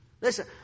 Listen